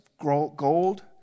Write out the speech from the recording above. gold